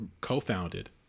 co-founded